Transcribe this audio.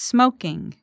Smoking